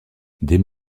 des